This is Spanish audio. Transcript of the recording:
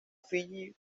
fiyi